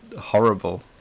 horrible